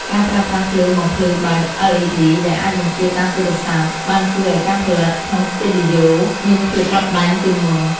ការប្រើប្រាស់ភ្លើងបំភ្លឺបែប អិលអ៊ីឌី ដែលអាចបញ្ជាតាមទូរស័ព្ទ បានជួយឱ្យការផលិតក្នុងស្ទូឌីយ៉ូមានភាពបត់បែនជាងមុន។